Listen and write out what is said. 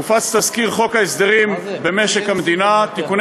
הופץ תזכיר חוק הסדרים במשק המדינה (תיקוני